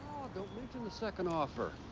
don't mention the second offer.